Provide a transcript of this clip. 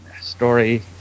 story